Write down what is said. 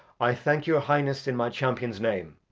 i thank your highness in my champion's name,